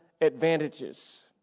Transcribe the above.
advantages